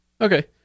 Okay